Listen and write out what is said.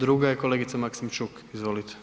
Druga je kolegica Maksimčuk.